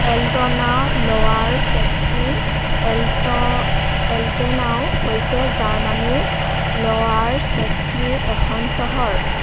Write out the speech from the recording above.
Altenau Lower Saxony এল্ট Eltenau হৈছে জাৰ্মানীৰ লৱাৰ ছেক্সনীৰ এখন চহৰ